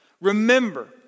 Remember